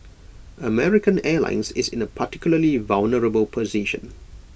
American airlines is in A particularly vulnerable position